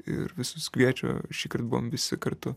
ir visus kviečia šįkart buvom visi kartu